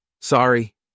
Sorry